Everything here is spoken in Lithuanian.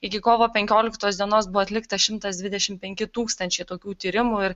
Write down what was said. iki kovo penkioliktos dienos buvo atlikta šimtas dvidešim penki tūkstančiai tokių tyrimų ir